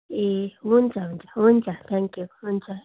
ए हुन्छ हुन्छ हुन्छ थ्याङ्क यू हुन्छ